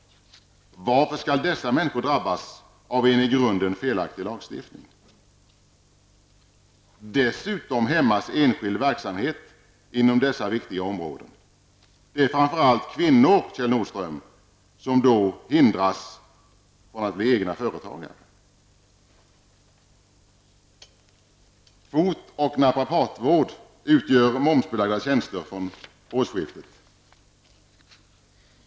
Varför skall dessa människor drabbas av en i grunden felaktig lagstiftning? Dessutom hämmas enskild verksamhet inom dessa viktiga områden, Kjell Nordström. Det är framför allt kvinnor som hindras att bli egna företagare. Fot och naprapatvård utgör momsbelagda tjänster från årsskiftet.